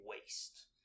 waste